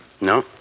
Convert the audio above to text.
No